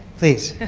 please.